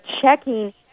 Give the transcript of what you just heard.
checking